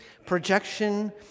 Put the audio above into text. Projection